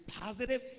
positive